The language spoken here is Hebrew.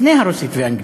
לפני הרוסית והאנגלית,